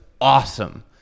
awesome